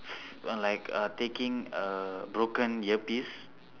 uh like uh taking a broken earpiece